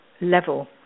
level